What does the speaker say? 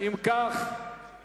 עוברים